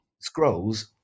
scrolls